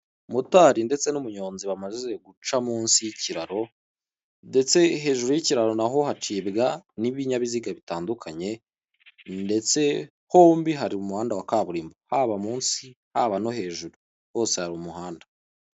Motari ndetse n'umuyonzi bamaze guca munsi y'ikiraro ndetse hejuru y'ikiraro na ho hacibwa n'ibinyabiziga bitandukanye ndetse hombi hari umuhanda wa kaburimbo, haba munsi, haba no hejuru, hose hari umuhanda.